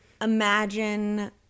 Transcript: imagine